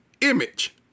image